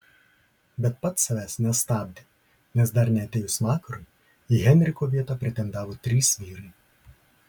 bet pats savęs nestabdė nes dar neatėjus vakarui į henriko vietą pretendavo trys vyrai